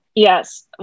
Yes